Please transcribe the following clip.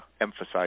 emphasize